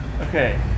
Okay